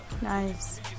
Nice